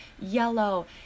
yellow